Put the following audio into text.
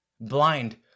Blind